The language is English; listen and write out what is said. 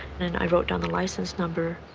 and i wrote down the license number.